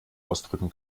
ausdrücken